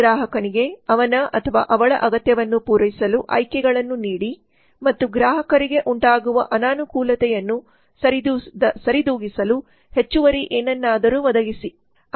ಗ್ರಾಹಕನಿಗೆ ಅವನ ಅವಳ ಅಗತ್ಯವನ್ನು ಪೂರೈಸಲು ಆಯ್ಕೆಗಳನ್ನು ನೀಡಿ ಮತ್ತು ಗ್ರಾಹಕರಿಗೆ ಉಂಟಾಗುವ ಅನಾನುಕೂಲತೆಯನ್ನು ಸರಿದೂಗಿಸಲು ಹೆಚ್ಚುವರಿ ಏನನ್ನಾದರೂ ಒದಗಿಸಿ